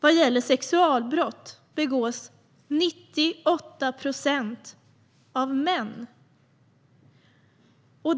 Av alla sexualbrott begås 98 procent av män.